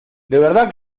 verdad